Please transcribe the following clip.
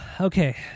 okay